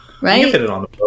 Right